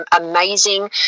amazing